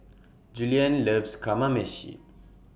Julien loves Kamameshi